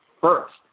first